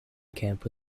camp